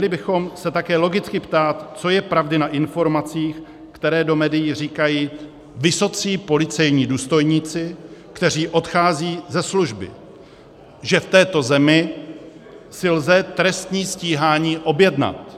Měli bychom se také logicky ptát, co je pravdy na informacích, které do médií říkají vysocí policejní důstojníci, kteří odcházejí ze služby, že v této zemi si lze trestní stíhání objednat.